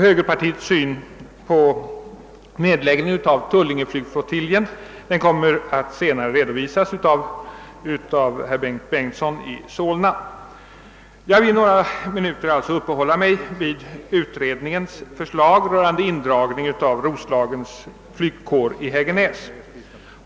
Högerpartiets syn på nedläggning av Tullinge flyg flottilj kommer senare att redovisas av herr Bengtson i Solna. Jag vill alltså några minuter uppehålla mig vid utredningens förslag rörande indragning av Roslagens flygkår i Hägernäs.